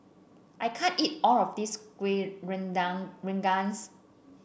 I can't eat all of this kueh redown rengas